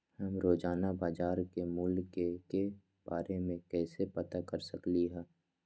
हम रोजाना बाजार के मूल्य के के बारे में कैसे पता कर सकली ह?